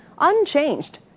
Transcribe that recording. unchanged